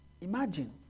Imagine